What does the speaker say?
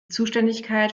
zuständigkeit